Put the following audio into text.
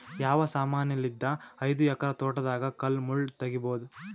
ಯಾವ ಸಮಾನಲಿದ್ದ ಐದು ಎಕರ ತೋಟದಾಗ ಕಲ್ ಮುಳ್ ತಗಿಬೊದ?